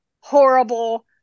horrible